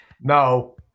No